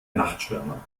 nachtschwärmer